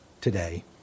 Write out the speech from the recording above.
today